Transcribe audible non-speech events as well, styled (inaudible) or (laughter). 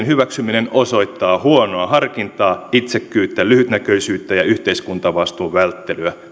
(unintelligible) hyväksyminen osoittaa huonoa harkintaa itsekkyyttä lyhytnäköisyyttä ja yhteiskuntavastuun välttelyä